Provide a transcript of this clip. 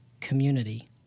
community